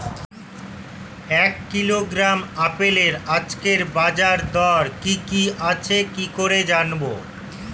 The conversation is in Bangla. এক কিলোগ্রাম আপেলের আজকের বাজার দর কি কি আছে কি করে জানবো?